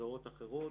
לגזרות אחרות,